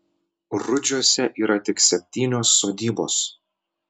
rudžiuose yra tik septynios sodybos